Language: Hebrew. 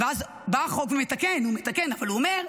ואז בא החוק ומתקן, הוא מתקן, הוא אומר,